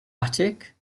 attic